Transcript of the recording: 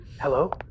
Hello